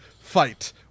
fight